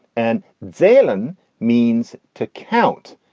and dahlan means to count.